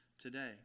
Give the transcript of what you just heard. today